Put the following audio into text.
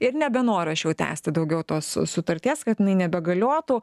ir nebenoriu aš jau tęsti daugiau tos su sutarties kad jinai nebegaliotų